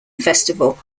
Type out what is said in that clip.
festival